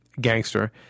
gangster